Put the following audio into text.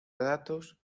datos